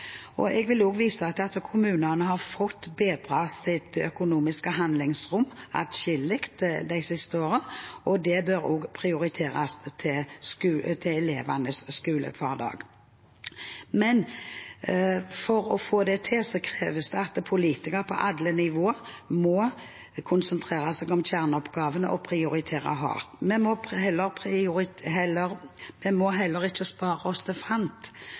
Jeg vil også vise til at kommunene har fått bedret sitt økonomiske handlingsrom atskillig de siste årene, og det bør også prioriteres til elevenes skolehverdag. Men for å få det til kreves det at politikere på alle nivåer må konsentrere seg om kjerneoppgavene og prioritere hardt. Vi må heller